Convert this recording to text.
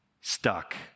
stuck